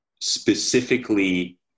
specifically